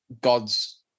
God's